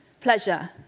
pleasure